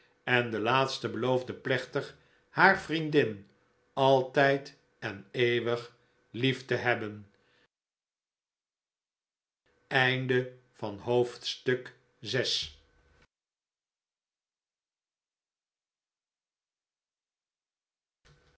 en de laatste beloofde plechtig haar vriendin altijd en eeuwig lief te hebben